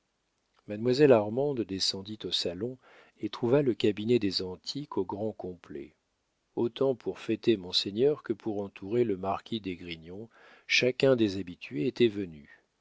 mademoiselle armande descendit au salon et trouva le cabinet des antiques au grand complet autant pour fêter monseigneur que pour entourer le marquis d'esgrignon chacun des habitués était venu